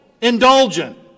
indulgent